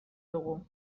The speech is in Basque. dugu